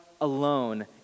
alone